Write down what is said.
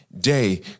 day